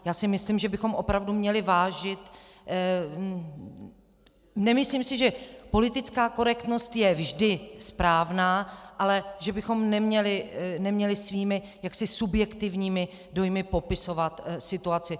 Já si myslím, že bychom opravdu měli vážit nemyslím si, že politická korektnost je vždy správná, ale že bychom neměli svými subjektivními dojmy popisovat situaci.